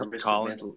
Colin